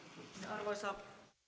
arvoisa